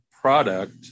product